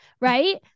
Right